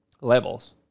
levels